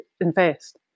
invest